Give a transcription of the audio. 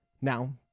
Now